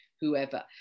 whoever